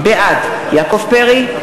בעד יעקב פרי,